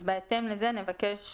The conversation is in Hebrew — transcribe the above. אז בהתאם לזה נבקש